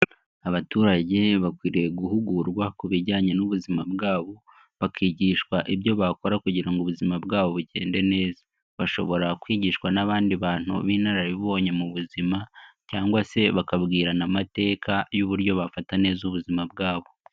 Abaturage bakwiriye guhugurwa ku bijyanye n'ubuzima bwabo. Bakigishwa ibyo bakora kugira ngo ubuzima bwabo bugende neza. Bashobora kwigishwa n'abandi bantu b'inararibonye mu buzima cyangwa se bakabwirana amateka y'uburyo bafata neza ubuzima bwabo.